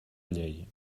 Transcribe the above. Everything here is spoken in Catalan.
llei